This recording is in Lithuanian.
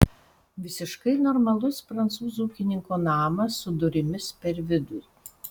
visiškai normalus prancūzo ūkininko namas su durimis per vidurį